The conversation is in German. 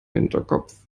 hinterkopf